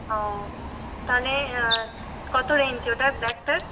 ও তাহলে কত রেঞ্জ ওটার ব্ল্যাকটার